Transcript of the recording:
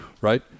right